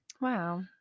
wow